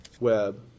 web